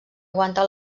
aguanta